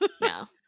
no